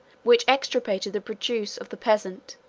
which extirpated the produce of the present,